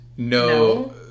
No